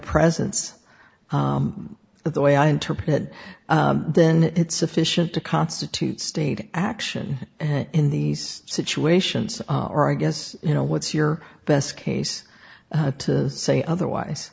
presence that the way i interpret then it's sufficient to constitute state action in these situations or i guess you know what's your best case to say otherwise